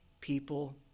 people